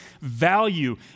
value